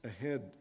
ahead